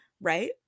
right